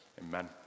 Amen